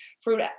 fruit